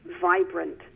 vibrant